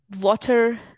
water